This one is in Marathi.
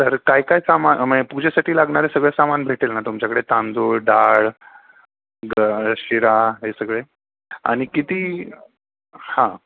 तर काय काय सामान म्हणजे पूजेसाठी लागणारे सगळं सामान भेटेल ना तुमच्याकडे तांदूळ डाळ ग शिरा हे सगळे आणि किती हा